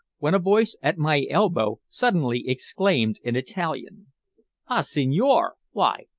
when a voice at my elbow suddenly exclaimed in italian ah, signore why,